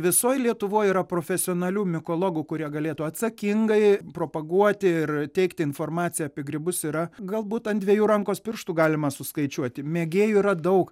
visoj lietuvoj yra profesionalių mikologų kurie galėtų atsakingai propaguoti ir teikti informaciją apie grybus yra galbūt ant dviejų rankos pirštų galima suskaičiuoti mėgėjų yra daug